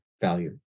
value